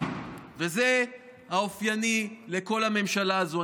וזה אופייני לכל הממשלה הזאת.